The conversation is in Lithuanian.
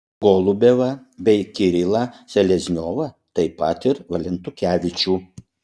golubevą bei kirilą selezniovą taip pat ir valentukevičių